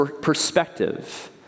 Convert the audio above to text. perspective